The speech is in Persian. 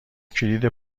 کلید